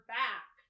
back